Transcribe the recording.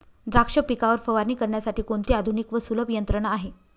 द्राक्ष पिकावर फवारणी करण्यासाठी कोणती आधुनिक व सुलभ यंत्रणा आहे?